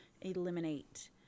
eliminate